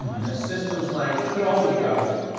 um and a systems language could also be javascript,